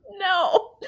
No